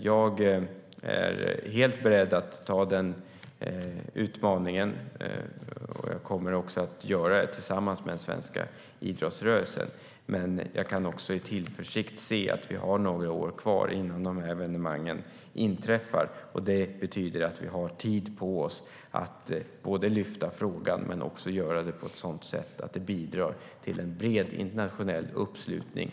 Jag är beredd att anta den utmaningen tillsammans med den svenska idrottsrörelsen. Men jag ser också med tillförsikt på att vi har några år kvar innan dessa evenemang ska hållas. Det betyder att vi har tid på oss att lyfta frågan på ett sådant sätt att vi bidrar till en bred internationell uppslutning.